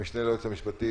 המשנה ליועץ המשפטי,